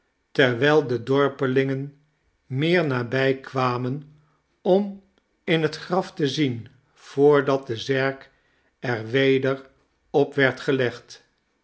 terwijl de dorpelingen meer nabij kwamen om in het graf te zien voordat de zerk er weder op werd gelegd